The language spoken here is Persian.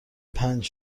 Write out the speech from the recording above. پنج